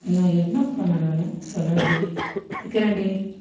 நான் என்ன பண்ணனுன்னு சொல்றேண்டி வைக்கறேண்டி